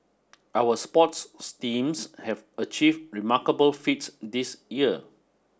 our sports steams have achieved remarkable feats this year